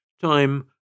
Time